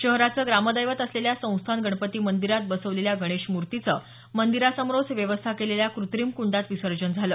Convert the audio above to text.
शहराचं ग्रामदैवत असलेल्या संस्थान गणपती मंदिरात बसवलेल्या गणेश मूर्तीचं मंदिरासमोरच व्यवस्था केलेल्या कृत्रिम कुंडात विसर्जन झालं